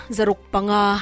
Zarukpanga